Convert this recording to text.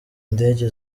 ndege